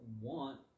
want